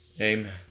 Amen